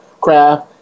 craft